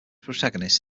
protagonist